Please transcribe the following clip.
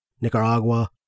Nicaragua